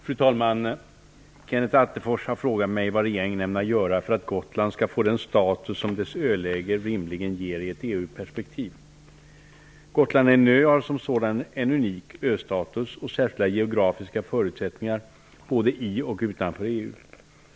Fru talman! Kenneth Attefors har frågat mig vad regeringen ämnar göra för att Gotland skall få den status som dess öläge rimligen ger i ett EU perspektiv. Gotland är en ö och har som sådan en unik ''östatus'' och särskilda geografiska förutsättningar både i och utanför EU.